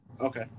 Okay